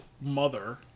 mother